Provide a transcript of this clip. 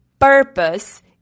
Purpose